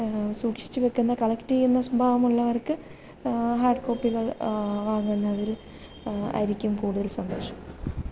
സൂക്ഷിച്ച് വയ്ക്കുന്ന കളക്റ്റ് ചെയ്യുന്ന സ്വഭാവം ഉള്ളവർക്ക് ഹാർഡ് കോപ്പികൾ വാങ്ങുന്നതിൽ ആയിരിക്കും കൂടുതൽ സന്തോഷം